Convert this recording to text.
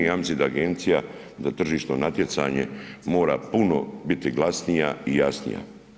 Ja mislim da agencija da tržišno natjecanje mora puno biti glasnija i jasnija.